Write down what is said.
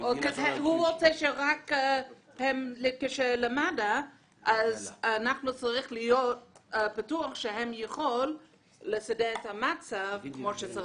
רק למד"א אבל אנחנו צריכים להיות בטוחים שהם יכולים לטפל כמו שצריך.